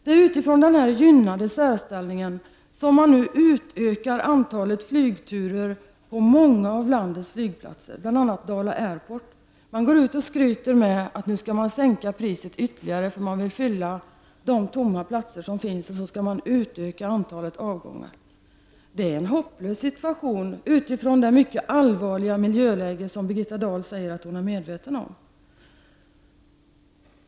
Det är utifrån denna gynnande särställning som man nu utökar antalet flygturer på många av landets flygplatser, bl.a. Dala Airport. Man går ut till offentligheten och skryter med att man nu skall sänka priset ytterligare för att man vill fylla de tomma platser som finns och att man skall utöka antalet avgångar. Det är en hopplös situation med hänsyn till det mycket allvarliga miljöläget, som Birgitta Dahl säger att hon är medveten om.